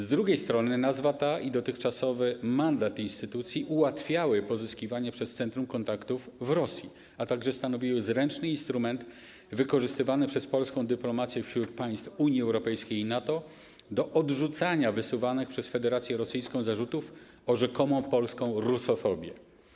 Z drugiej strony nazwa ta i dotychczasowy mandat instytucji ułatwiały pozyskiwanie przez centrum kontaktów w Rosji, a także stanowiły zręczny instrument wykorzystywany przez polską dyplomację wśród państw Unii Europejskiej i NATO do odrzucania wysuwanych przez Federację Rosyjską zarzutów o rzekomą polską rusofobię.